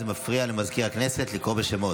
זה מפריע למזכיר הכנסת לקרוא בשמות.